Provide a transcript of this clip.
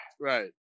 right